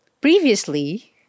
Previously